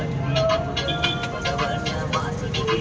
ಒಬ್ಬನೇ ಮನಿಯೊಳಗ ದುಡಿಯುವಾ ಇದ್ರ ಕೃಷಿ ಸಾಲಾ ಸಿಗ್ತದಾ?